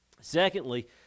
Secondly